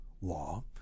law